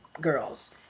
girls